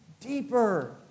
deeper